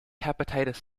hepatitis